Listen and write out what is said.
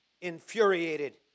infuriated